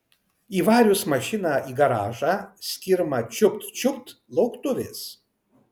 įvarius mašiną į garažą skirma čiupt čiupt lauktuvės